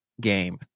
game